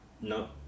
No